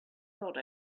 thought